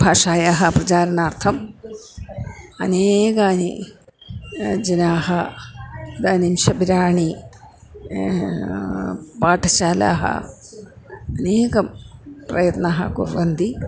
भाषायाः प्रचारनार्थम् अनेकानि जनाः इदानिं शिबिराणि पाठशाला अनेकं प्रयत्नः कुर्वन्ति